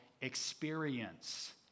experience